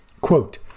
Quote